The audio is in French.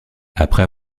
après